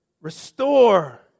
restore